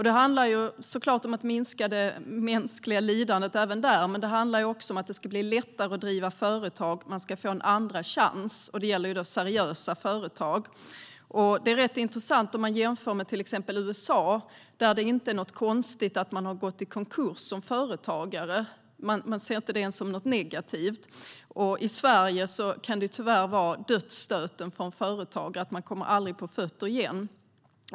Det handlar såklart om att minska det mänskliga lidandet även där, men det handlar också om att det ska bli lättare att driva företag. Företagare ska få en andra chans - det gäller då seriösa företag. Det är rätt intressant att jämföra med till exempel USA. Där är det inte konstigt att företagare går i konkurs. Man ser inte det som något negativt. I Sverige kan det tyvärr vara dödsstöten för företagare. De kommer aldrig på fötter igen.